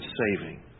saving